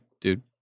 dude